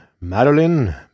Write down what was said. Madeline